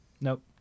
Nope